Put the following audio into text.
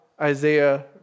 Isaiah